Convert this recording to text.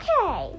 Okay